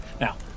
now